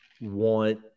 want